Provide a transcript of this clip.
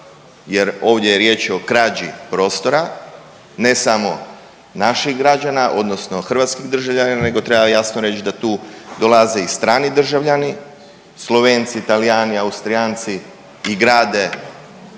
jer ovdje je riječ o krađi prostora, ne samo naših građana, odnosno hrvatskih državljana nego treba jasno reći tu da dolaze i strani državljani Slovenci, Talijani, Austrijanci i grade